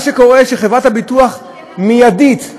מה שקורה, שחברות ביטוח, מיידית,